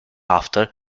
after